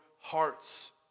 hearts